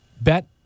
bet